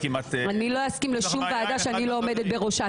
אני לא אסכים לשום ועדה שאני לא עומדת בראשה.